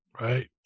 right